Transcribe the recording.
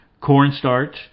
Cornstarch